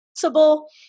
possible